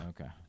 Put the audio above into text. Okay